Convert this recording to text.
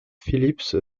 philips